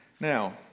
Now